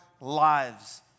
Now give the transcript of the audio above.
lives